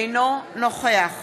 אינו נוכח